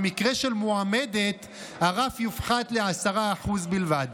במקרה של מועמדת הרף יופחת ל-10% בלבד.